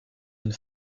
une